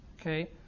Okay